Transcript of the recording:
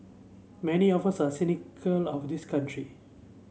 many of us are cynical about this country